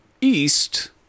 East